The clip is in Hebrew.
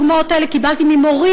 את כל הדוגמאות האלה קיבלתי ממורים